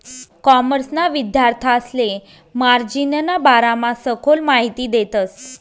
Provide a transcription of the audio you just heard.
कॉमर्सना विद्यार्थांसले मार्जिनना बारामा सखोल माहिती देतस